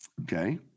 okay